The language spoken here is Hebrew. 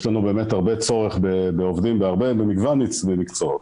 לנו באמת הרבה צורך בעובדים במגוון מקצועות,